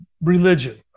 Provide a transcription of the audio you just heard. religion